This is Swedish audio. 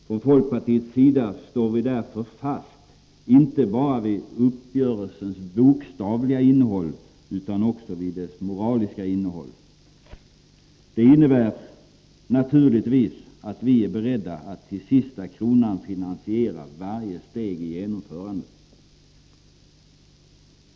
Från folkpartiets sida står vi därför fast inte bara vid uppgörelsens bokstavliga innehåll, utan också vid dess moraliska innehåll. Detta innebär naturligtvis också att vi är beredda att till sista kronan finansiera varje steg i genomförandet.